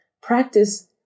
Practice